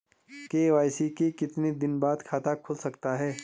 KYC के कितने दिन बाद खाता खुल सकता है?